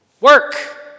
Work